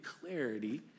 clarity